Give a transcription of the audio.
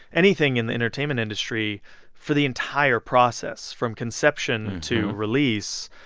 anything in the entertainment industry for the entire process, from conception to release.